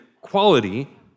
Quality